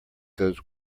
goes